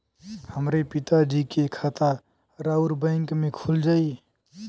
हमरे पिता जी के खाता राउर बैंक में खुल जाई?